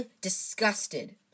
disgusted